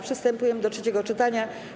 Przystępujemy do trzeciego czytania.